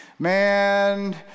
Man